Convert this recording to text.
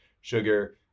sugar